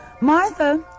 Martha